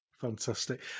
Fantastic